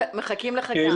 מחכים לך כאן.